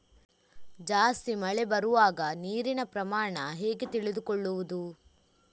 ಜಾಸ್ತಿ ಮಳೆ ಬರುವಾಗ ನೀರಿನ ಪ್ರಮಾಣ ಹೇಗೆ ತಿಳಿದುಕೊಳ್ಳುವುದು?